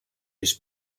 his